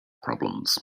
problems